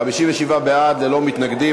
57 בעד, ללא מתנגדים.